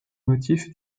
motifs